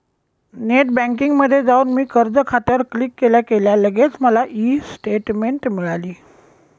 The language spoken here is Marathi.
नेट बँकिंगमध्ये जाऊन मी कर्ज खात्यावर क्लिक केल्या केल्या लगेच मला ई स्टेटमेंट मिळाली